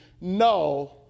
no